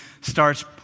starts